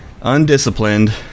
undisciplined